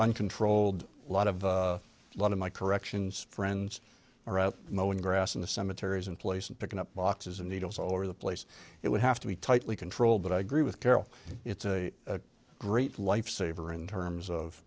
uncontrolled lot of a lot of my corrections friends are out moaning grass in the cemeteries in place and picking up boxes and needles all over the place it would have to be tightly controlled but i agree with carol it's a great lifesaver in terms of